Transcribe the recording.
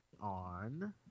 on